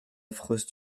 affreuse